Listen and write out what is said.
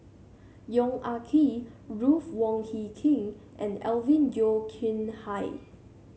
Yong Ah Kee Ruth Wong Hie King and Alvin Yeo Khirn Hai